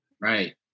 Right